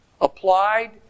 applied